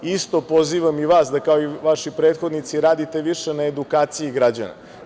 Isto pozivam i vas da kao i vaši prethodnici radite više na edukaciji građana.